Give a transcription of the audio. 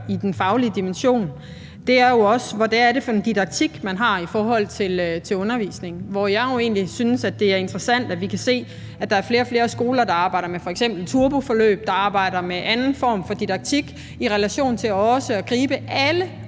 i den faglige dimension, er, hvad det er for en didaktik, man har i forhold til undervisningen, hvor jeg jo egentlig synes, at det er interessant, at vi kan se, at der er flere og flere skoler, der arbejder med f.eks. turboforløb, og som arbejder med anden form for didaktik i relation til også at gribe alle